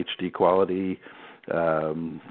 HD-quality